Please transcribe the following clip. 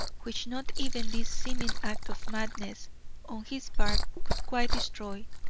which not even this seeming act of madness on his part could quite destroy,